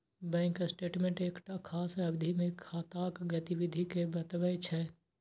bank statement एकटा खास अवधि मे खाताक गतिविधि कें बतबै छै